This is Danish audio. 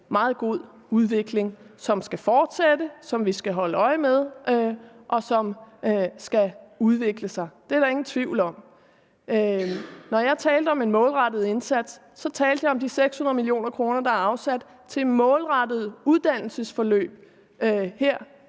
meget god udvikling, som skal fortsætte og som vi skal holde øje med. Det er der ingen tvivl om. Når jeg talte om en målrettet indsats, talte jeg om de 600 mio. kr., der er afsat til målrettede uddannelsesforløb her